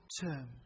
term